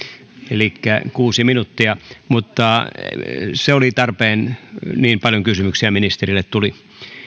elikkä kuusi minuuttia mutta se oli tarpeen niin paljon kysymyksiä ministerille tuli